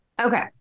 Okay